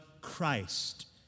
Christ